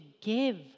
give